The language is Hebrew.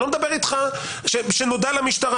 אני לא מדבר שנודע למשטרה,